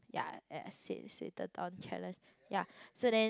ya ya sit sitathon challenge ya so then